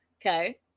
okay